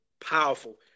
powerful